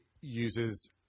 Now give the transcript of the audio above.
uses